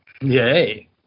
yay